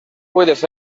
puedes